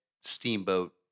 Steamboat